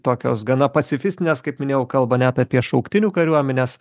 tokios gana pacifistines kaip minėjau kalba net apie šauktinių kariuomenes